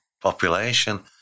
population